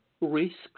risks